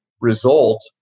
result